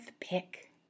pick